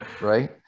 right